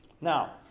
Now